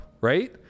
right